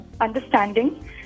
understanding